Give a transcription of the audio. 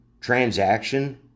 transaction